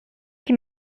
qui